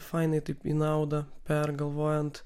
fainai taip į naudą pergalvojant